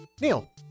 Neil